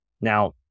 Now